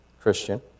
Christian